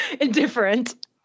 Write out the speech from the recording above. indifferent